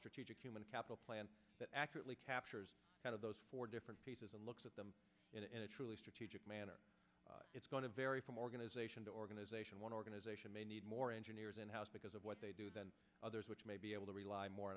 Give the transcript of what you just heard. strategic human capital plan that accurately captures kind of those four different pieces and looks at them in a truly strategic manner it's going to vary from organization to organization one organization may need more engineers in house because of what they do than others which may be able to rely more